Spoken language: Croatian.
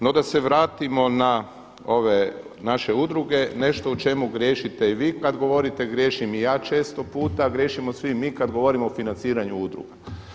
No da se vratimo na ove naše udruge, nešto u čemu griješite i vi kada govorite, griješim i ja često puta, griješimo svi mi kada govorimo o financiranju udruga.